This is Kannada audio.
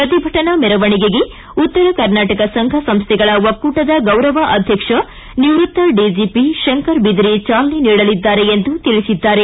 ಪ್ರತಿಭಟನಾ ಮೆರವಣಿಗೆಗೆ ಉತ್ತರ ಕರ್ನಾಟಕ ಸಂಘ ಸಂಸ್ಥೆಗಳ ಒಕ್ಕೂಟದ ಗೌರವ ಅಧ್ಯಕ್ಷ ನಿವೃತ್ತ ಡಿಜೆಪಿ ಶಂಕರ್ ಬಿದರಿ ಚಾಲನೆ ನೀಡಲಿದ್ದಾರೆ ಎಂದು ತಿಳಿಸಿದ್ದಾರೆ